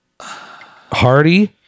Hardy